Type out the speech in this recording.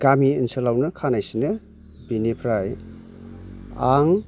गामि ओनसोलआवनो खानाइ सिनो बिनिफ्राय आं